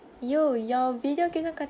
you your video keep on